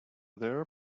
there